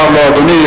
אמר לו: אדוני,